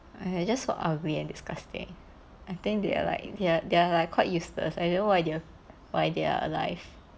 just so ugly and disgusting I think they are like they are they are like quite useless I don't know why they why they are alive